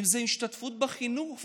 אם זה השתתפות בחינוך,